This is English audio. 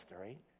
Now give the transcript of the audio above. right